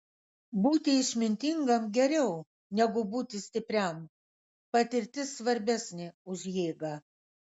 būti išmintingam geriau negu būti stipriam patirtis svarbesnė už jėgą